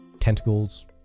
tentacles